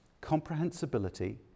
comprehensibility